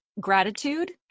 gratitude